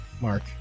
mark